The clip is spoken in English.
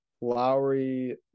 Lowry